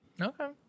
Okay